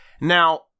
Now